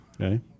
Okay